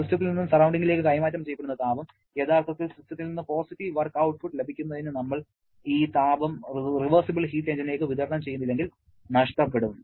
സിസ്റ്റത്തിൽ നിന്ന് സറൌണ്ടിങ്ങിലേക്ക് കൈമാറ്റം ചെയ്യപ്പെടുന്ന താപം യഥാർത്ഥത്തിൽ സിസ്റ്റത്തിൽ നിന്ന് പോസിറ്റീവ് വർക്ക് ഔട്ട്പുട്ട് ലഭിക്കുന്നതിന് നമ്മൾ ഈ താപം റിവേർസിബിൾ ഹീറ്റ് എഞ്ചിനിലേക്ക് വിതരണം ചെയ്യുന്നില്ലെങ്കിൽ നഷ്ടപ്പെടും